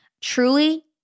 Truly